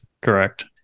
Correct